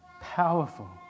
powerful